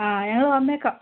ആ ഞങ്ങൾ വന്നേക്കാം